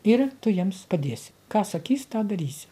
ir tu jiems padėsi ką sakys tą darysi